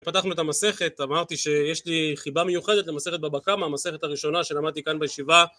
פתחנו את המסכת, אמרתי שיש לי חיבה מיוחדת למסכת בבא קמה, המסכת הראשונה שלמדתי כאן בישיבה